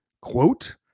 quote